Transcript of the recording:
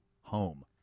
home